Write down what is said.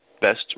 best